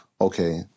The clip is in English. okay